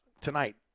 tonight